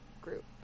group